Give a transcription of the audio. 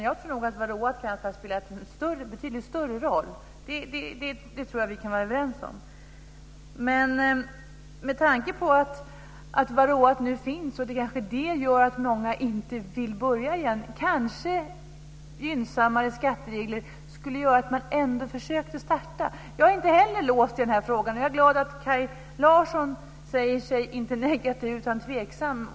Jag tror att varroa har spelat en betydligt större roll. Det tror jag att vi kan vara överens om. Med tanke på att varroa nu finns och kanske gör att många inte vill börja igen skulle gynnsammare skatteregler kanske göra att man ändå försökte starta. Jag är inte heller låst i den här frågan. Jag är glad att Kaj Larsson inte säger sig vara negativ utan är tveksam.